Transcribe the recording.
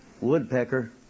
woodpecker